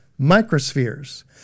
microspheres